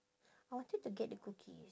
I wanted to get the cookies